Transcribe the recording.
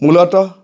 মূলতঃ